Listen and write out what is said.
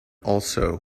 also